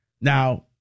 Now